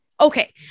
Okay